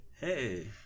Hey